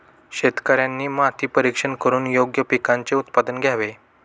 शेतकऱ्यांनी माती परीक्षण करून योग्य पिकांचे उत्पादन घ्यावे